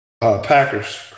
Packers